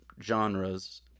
genres